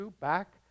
back